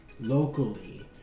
locally